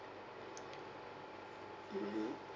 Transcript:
mm